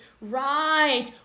right